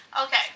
Okay